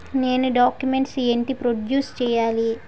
నేను డాక్యుమెంట్స్ ఏంటి ప్రొడ్యూస్ చెయ్యాలి?